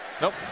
Nope